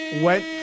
went